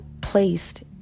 placed